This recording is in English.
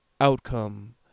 outcome